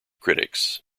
critics